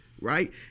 right